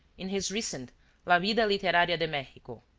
in his recent la vida literaria de mexico,